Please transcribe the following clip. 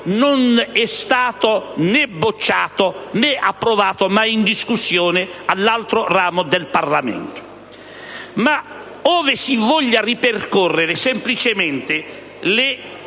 non è stato né bocciato né approvato, ma è in discussione all'altro ramo del Parlamento. Ove si voglia semplicemente